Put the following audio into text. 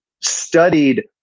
studied